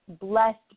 blessed